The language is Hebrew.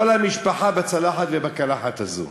כל המשפחה בצלחת ובקלחת הזאת.